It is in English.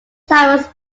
thomas